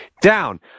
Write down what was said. down